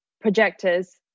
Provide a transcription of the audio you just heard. projectors